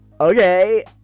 okay